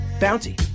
Bounty